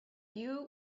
you